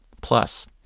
Plus